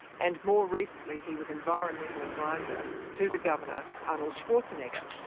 and more recently he was environmental adviser to the governor, arnold schwarzenegger.